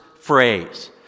phrase